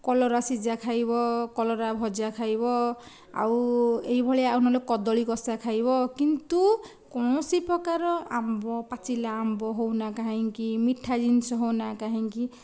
କଲରା ସିଜା ଖାଇବ କଲରା ଭଜା ଖାଇବ ଆଉ ଏହିଭଳିଆ ଆଉ ନ ହେଲେ କଦଳୀ କଷା ଖାଇବ କିନ୍ତୁ କୌଣସି ପ୍ରକାର ଆମ୍ବ ପାଚିଲା ଆମ୍ବ ହେଉନା କାହିଁକି ମିଠା ଜିନିଷ ହେଉନା କାହିଁକି